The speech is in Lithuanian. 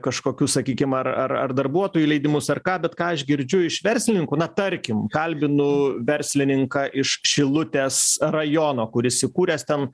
kažkokius sakykim ar ar ar darbuotojų leidimus ar ką bet ką aš girdžiu iš verslininkų na tarkim kalbinu verslininką iš šilutės rajono kuris įkūręs ten